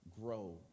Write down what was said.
grow